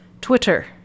Twitter